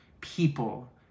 people